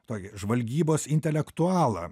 tokį žvalgybos intelektualą